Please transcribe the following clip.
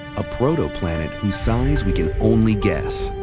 a protoplanet whose size we can only guess.